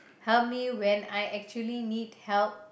help me when I actually need help